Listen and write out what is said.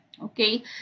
Okay